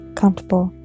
comfortable